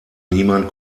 niemand